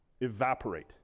evaporate